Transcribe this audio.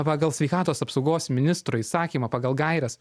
pagal sveikatos apsaugos ministro įsakymą pagal gaires